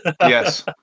Yes